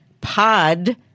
pod